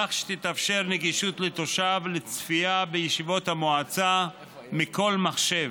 כך שתתאפשר נגישות לתושב של צפייה בישיבות המועצה מכל מחשב.